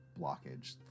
blockage